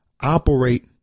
operate